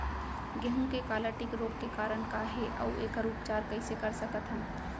गेहूँ के काला टिक रोग के कारण का हे अऊ एखर उपचार कइसे कर सकत हन?